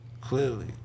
Clearly